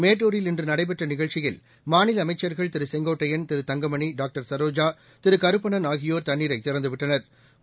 மேட்டூரில் இன்று நடைபெற்ற நிகழ்ச்சியில் மாநில அமைச்சர்கள் திரு செங்கோட்டையள் திரு தங்கமணி டாக்டர் சரோஜா திரு கருப்பணன் ஆகியோர் தண்ணீரை திறந்துவிட்டனா்